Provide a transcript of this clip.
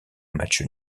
match